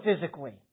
physically